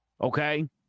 okay